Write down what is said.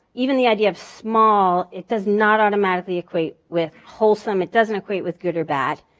even the idea of small, it does not automatically equate with wholesome, it doesn't equate with good or bad.